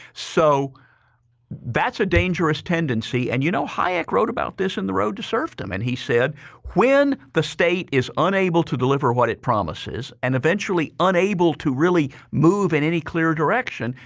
so that's a dangerous tendency and you know, hayek wrote about this in the road to serfdom and he said when the state is unable to deliver what it promises and eventually unable to really move in any clear direction,